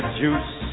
juice